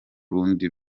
rundi